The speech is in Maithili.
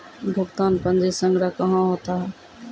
भुगतान पंजी संग्रह कहां होता हैं?